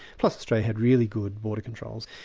plus australia had really good border controls.